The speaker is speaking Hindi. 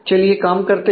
चलिए काम करते हैं